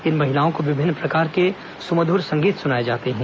इन महिलाओं को विभिन्न प्रकार के सु मधुर संगीत सुनाए जाते हैं